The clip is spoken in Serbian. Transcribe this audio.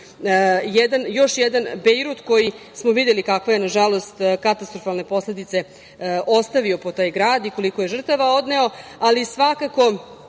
još jedan Bejrut, koji smo videli kakve je, nažalost, katastrofalne posledice ostavio po taj grad i koliko je žrtava odneo, ali svakako,